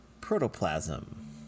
protoplasm